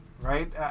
right